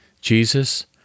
Jesus